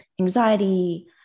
anxiety